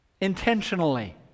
Intentionally